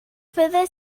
fyddet